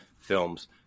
films